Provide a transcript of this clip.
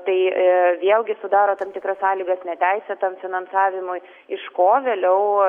tai vėlgi sudaro tam tikras sąlygas neteisėtam finansavimui iš ko vėliau